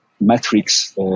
metrics